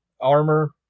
armor